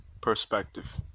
perspective